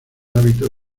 hábito